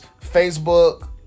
Facebook